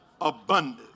abundant